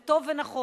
זה טוב ונכון,